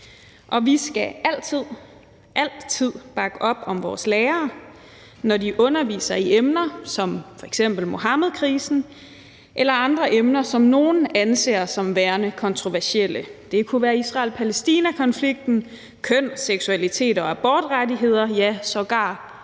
Og vi skal altid – altid – bakke op om vores lærere, når de underviser i emner som f.eks. Muhammedkrisen eller andre emner, som nogle anser som værende kontroversielle. Det kunne være Israel-Palæstina-konflikten, køn, seksualitet og abortrettigheder, ja, sågar Onkel